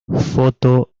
foto